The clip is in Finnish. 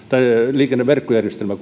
liikenneverkkojärjestelmää